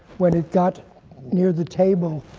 when it got near the table,